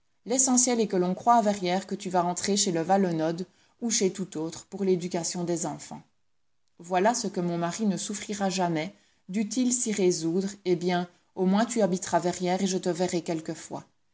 l'essentiel est que l'on croie à verrières que tu vas entrer chez le valenod ou chez tout autre pour l'éducation des enfants voilà ce que mon mari ne souffrira jamais dût-il s'y résoudre eh bien au moins tu habiteras verrières et je te verrai quelquefois